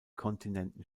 kontinenten